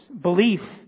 belief